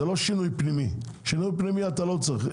שינויים פנימיים אתה לא צריך.